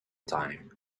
time